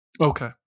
Okay